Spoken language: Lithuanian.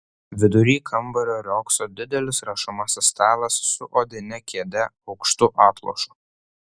vidury kambario riogso didelis rašomasis stalas su odine kėde aukštu atlošu